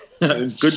Good